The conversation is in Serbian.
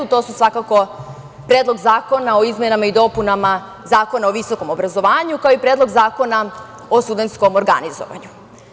To su svakako Predlog zakona o izmenama i dopunama Zakona o visokom obrazovanju, kao i Predlog Zakona o studentskom organizovanju.